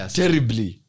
terribly